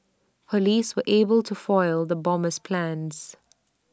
Police were able to foil the bomber's plans